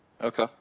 okay